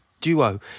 duo